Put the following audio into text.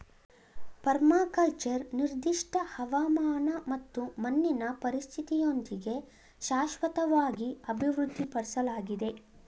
permaculture ನಿರ್ದಿಷ್ಟ ಹವಾಮಾನ ಮತ್ತು ಮಣ್ಣಿನ ಪರಿಸ್ಥಿತಿಯೊಂದಿಗೆ ಶಾಶ್ವತವಾಗಿ ಅಭಿವೃದ್ಧಿಪಡ್ಸಲಾಗಿದೆ